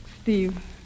Steve